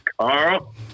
Carl